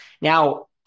Now